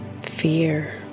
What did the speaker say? Fear